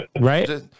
Right